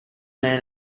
man